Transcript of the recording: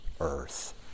earth